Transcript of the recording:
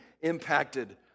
impacted